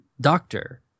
Doctor